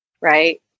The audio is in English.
Right